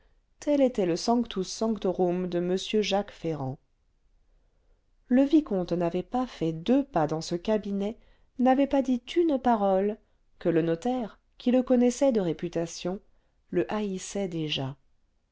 tel était le sanctus sanctorum de m jacques ferrand le vicomte n'avait pas fait deux pas dans ce cabinet n'avait pas dit une parole que le notaire qui le connaissait de réputation le haïssait déjà